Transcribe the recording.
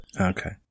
Okay